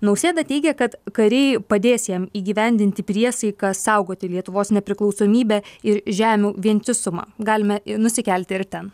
nausėda teigia kad kariai padės jam įgyvendinti priesaiką saugoti lietuvos nepriklausomybę ir žemių vientisumą galime nusikelti ir ten